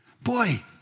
Boy